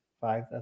Five